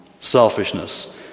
selfishness